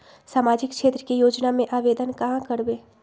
सामाजिक क्षेत्र के योजना में आवेदन कहाँ करवे?